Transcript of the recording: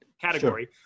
category